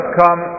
come